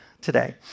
today